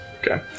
Okay